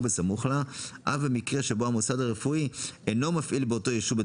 בסמוך לה אף במקרה שבו המוסד הרפואי אינו מפעיל באותו ישוב בית